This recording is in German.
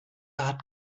hat